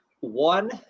one